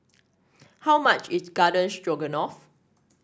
how much is Garden Stroganoff